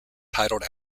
titled